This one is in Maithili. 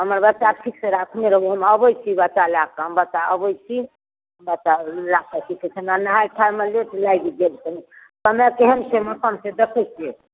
हमर बच्चाके ठीकसँ राखने रहू हम अबै छी बच्चा लैके हम बच्चा अबै छी बच्चा लैके कि कहै छै नहाइ खाइमे लेट लागि गेल कनि समय केहन छै मौसम छै देखै छिए